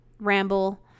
ramble